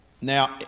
Now